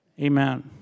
Amen